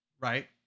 right